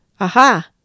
Aha